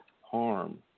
harm